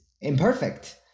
imperfect